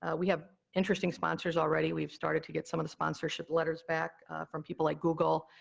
ah we have interesting sponsors already. we've started to get some of the sponsorship letters back from people like google,